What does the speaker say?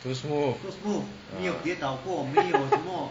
too smooth ah